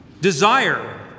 Desire